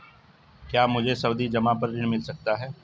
क्या मुझे सावधि जमा पर ऋण मिल सकता है?